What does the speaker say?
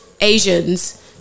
Asians